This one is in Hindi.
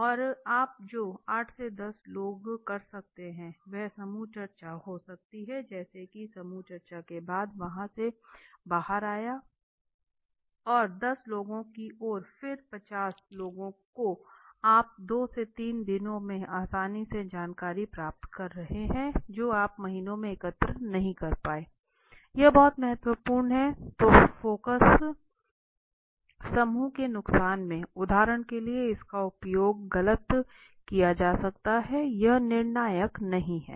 और आप जो 8 10 लोग कर सकते हैं वह समूह चर्चा हो सकती है जैसे कि समूह चर्चा के बाद वहां से बाहर आया और दस लोगों को और फिर पचास लोगों को आप दो तीन दिन में आसानी से जानकारी प्राप्त कर रहे हैं जो आप महीने में एकत्र नहीं कर पाए यह बहुत महत्वपूर्ण है तो फोकस समूह के नुकसान में उदाहरण के लिए इसका उपयोग गलत किया जा सकता है यह निर्णायक नहीं है